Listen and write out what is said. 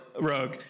Rogue